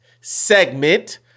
segment